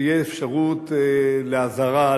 שתהיה אפשרות לאזהרה,